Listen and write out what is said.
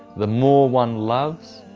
the more one loves